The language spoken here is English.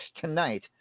tonight